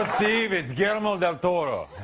ah steve. it's guillermo del toro.